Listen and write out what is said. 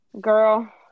girl